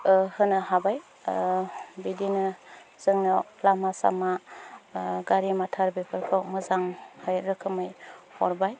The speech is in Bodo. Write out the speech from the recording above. होनो हाबाय बिदिनो जोंनो लामा सामा गारि मथरफोरौ मोजांहै रोखोमै हरबाय